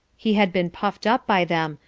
he had been puffed up by them,